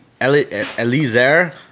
Eliezer